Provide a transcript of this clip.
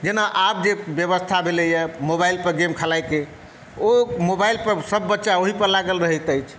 जेना आब जे बेबस्था भेलै हँ मोबाइलपर गेम खेलाइके ओ मोबाइलपर सभ बच्चा ओहिपर लागल रहैत अछि